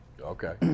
Okay